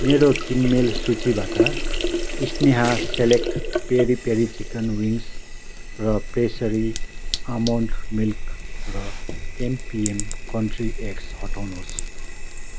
मेरो किनमेल सूचीबाट Sneha select peri peri chicken wings र प्रेसरी आमोन्ड मिल्क र एमपिएम कन्ट्री एग्स हटाउनुहोस्